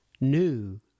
new